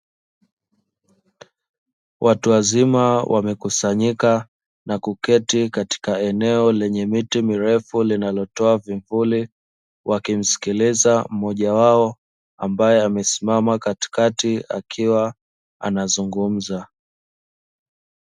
Watuwazima wamekusanyika na kuketi katika eneo lenye miti mirefu linalotoa vivuli wakimsikiliza mmoja wao ambaye amesimama katikati akiwa anazungumza.